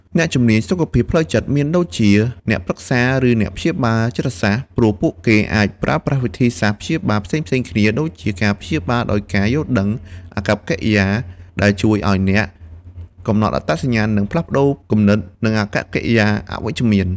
អ្នកជំនាញសុខភាពផ្លូវចិត្ត មានដូចជាអ្នកប្រឹក្សាឬអ្នកព្យាបាលចិត្តសាស្ត្រ ព្រោះពួកគេអាចប្រើប្រាស់វិធីសាស្រ្តព្យាបាលផ្សេងៗគ្នា ដូចជា ការព្យាបាលដោយការយល់ដឹង-អាកប្បកិរិយា ដែលជួយឱ្យអ្នកកំណត់អត្តសញ្ញាណ និងផ្លាស់ប្តូរគំនិត និងអាកប្បកិរិយាអវិជ្ជមាន។